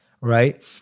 right